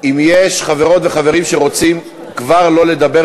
אם יש חברות וחברים שנרשמו כבר רוצים לא לדבר,